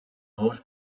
most